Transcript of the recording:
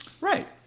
Right